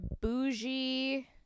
bougie